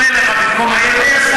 אני עוד מעט עונה לך במקום איילת.